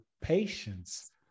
patience